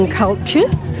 cultures